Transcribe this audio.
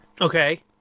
Okay